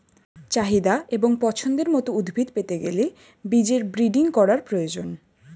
চাহিদা এবং পছন্দের মত উদ্ভিদ পেতে গেলে বীজের ব্রিডিং করার প্রয়োজন